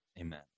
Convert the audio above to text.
Amen